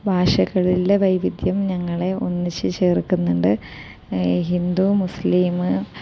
ഭാഷകളിലെ വൈവിധ്യം ഞങ്ങളെ ഒന്നിച്ച് ചേർക്കുന്നുണ്ട് ഹിന്ദു മുസ്ലിംമ്